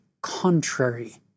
contrary